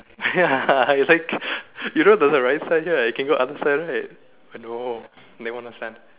ya you're like you don't go the right side lah you can go the other side right ya I know they don't understand